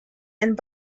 and